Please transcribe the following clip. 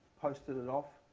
posted it off.